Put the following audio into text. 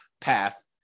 path